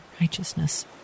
righteousness